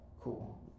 cool